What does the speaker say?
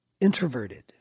introverted